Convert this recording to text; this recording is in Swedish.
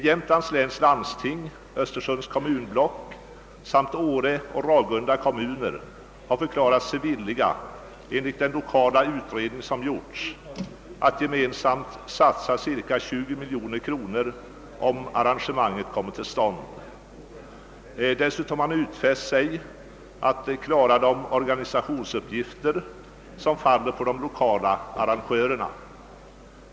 Jämtlands läns landsting, Östersunds kommunblock samt åre och Ragunda kommuner har förklarat sig villiga — enligt den lokala utredning som gjorts — att gemensamt satsa cirka 20 miljoner kronor, om arrangemanget kommer till stånd. Dessutom har man utfäst sig att klara de organisationsuppgifter, vilka faller på de lokala arrangörerna.